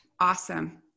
Awesome